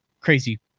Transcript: crazy